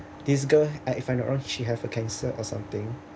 this girl I if I'm not wrong she have a cancer or something